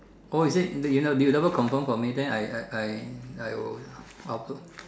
oh is it then you never you never confirm for me then I I I I will I'll put